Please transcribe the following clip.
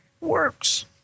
works